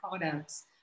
products